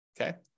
okay